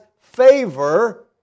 favor